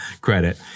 credit